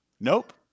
Nope